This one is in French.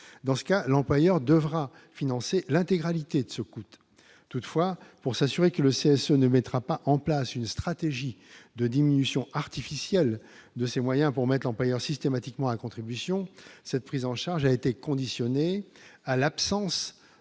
dans ce cas, l'employeur devra financer l'intégralité de ce coûte toutefois pour s'assurer que le CSA ne mettra pas en place une stratégie de diminution artificielle de ces moyens pour ma campagne a systématiquement à contribution cette prise en charge a été conditionné à l'absence